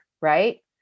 right